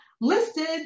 listed